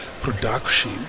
production